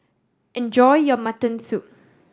enjoy your mutton soup